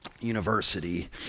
university